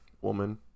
woman